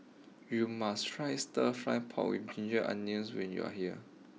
you must try Stir Fry Pork with Ginger Onions when you are here